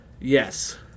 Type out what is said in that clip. Yes